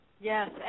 Yes